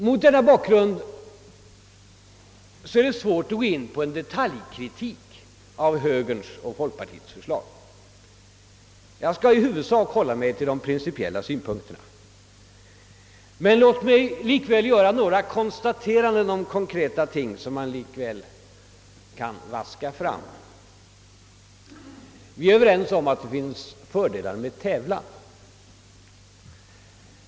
Mot denna bakgrund är det svårt att gå in på en detaljkritik av högerns och folkpartiets förslag. Jag skall därför i huvudsak hålla mig till de principiella synpunkterna. Men låt mig likväl göra några konstateranden om de konkreta ting som man kan vaska fram. Vi är överens om att det finns fördelar med tävlan.